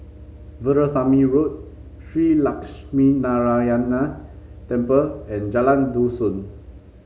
Veerasamy Road Shree Lakshminarayanan Temple and Jalan Dusun